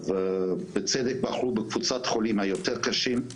בצדק בחרו בקבוצת חולים היותר קשים,